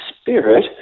Spirit